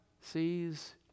sees